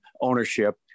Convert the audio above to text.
ownership